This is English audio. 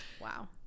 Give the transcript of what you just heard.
Wow